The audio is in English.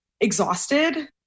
exhausted